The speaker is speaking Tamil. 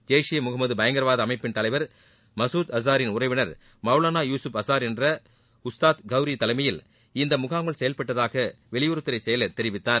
ஜெய்ஷ் இ முகமது பயங்கரவாத அமைப்பின் தலைவா் மசூத் அசாரின் உறவினா் மௌலானா யூகுப் அசாா் என்ற உஸ்தாத் கௌரி தலைமயில் இந்த முகாம்கள் செயல்பட்டதாக வெளியுறவுத்துறை செயல் தெரிவித்தார்